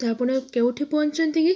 ତ ଆପଣ କେଉଁଠି ପହଞ୍ଚିଛନ୍ତି କି